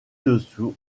dessous